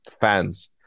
fans